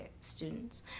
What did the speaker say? students